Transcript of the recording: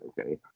Okay